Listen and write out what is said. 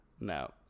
No